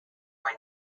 when